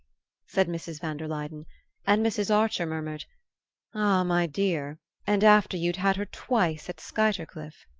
said mrs. van der luyden and mrs. archer murmured ah, my dear and after you'd had her twice at skuytercliff!